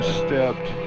stepped